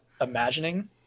Imagining